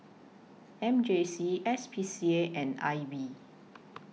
M J C S P C A and I B